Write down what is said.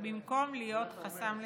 במקום להיות חסם לתשלומם.